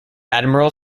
admiral